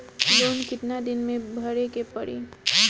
Loan कितना दिन मे भरे के पड़ी?